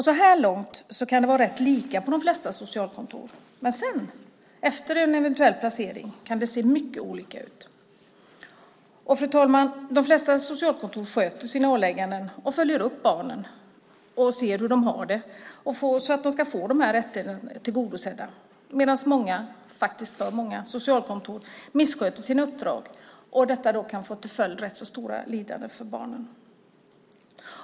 Så här långt kan det vara rätt lika på de flesta socialkontor, men sedan, efter en eventuell placering, kan det se mycket olika ut. Fru talman! De flesta socialkontor sköter sina ålägganden, följer upp barnen och ser hur de har det så att de ska få sina rättigheter tillgodosedda. Men många, faktiskt för många, socialkontor missköter sina uppdrag. Det kan få till följd rätt så stora lidanden för barnen.